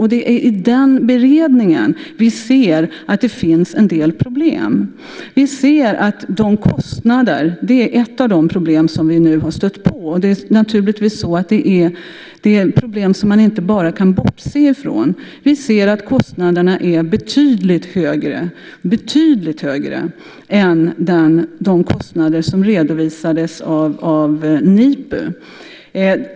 Det är i den beredningen vi ser att det finns en del problem. Ett av de problem som vi nu har stött på - och det är problem som man inte bara kan bortse ifrån - är att kostnaderna är betydligt högre än de kostnader som redovisades av NIPU.